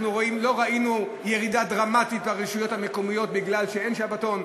לא ראינו ירידה דרמטית ברשויות המקומיות מפני שאין שבתון.